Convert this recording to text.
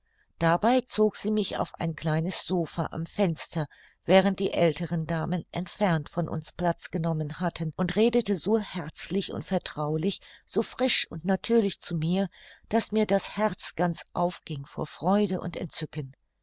dabei zog sie mich auf ein kleines sopha am fenster während die älteren damen entfernt von uns platz genommen hatten und redete so herzlich und vertraulich so frisch und natürlich zu mir daß mir das herz ganz aufging vor freude und entzücken